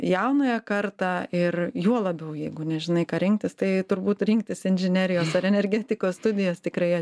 jaunąją kartą ir juo labiau jeigu nežinai ką rinktis tai turbūt rinktis inžinerijos ar energetikos studijas tikrai